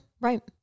Right